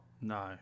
No